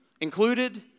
included